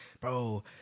bro